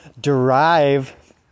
derive